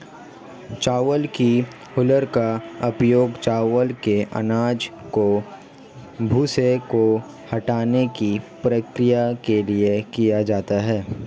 चावल की हूलर का उपयोग चावल के अनाज के भूसे को हटाने की प्रक्रिया के लिए किया जाता है